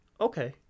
okay